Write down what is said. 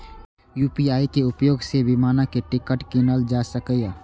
UPI के उपयोग सं विमानक टिकट कीनल जा सकैए